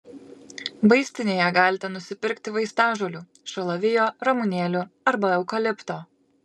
vaistinėje galite nusipirkti vaistažolių šalavijo ramunėlių arba eukalipto